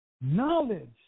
knowledge